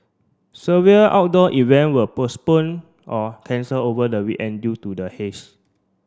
severe outdoor event were postponed or cancelled over the week end due to the haze